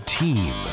team